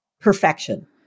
Perfection